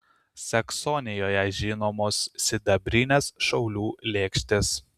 saksonijoje žinomos sidabrinės šaulių lėkštės